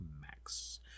max